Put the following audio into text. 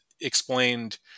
explained